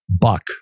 buck